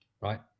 right